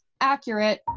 accurate